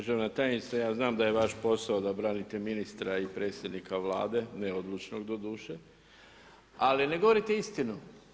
Državna tajnice, ja znam da je vaš posao da branite ministra i predsjednika Vlade, neodlučnog, doduše, ali ne govorite istinu.